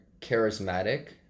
charismatic